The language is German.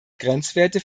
grenzwerte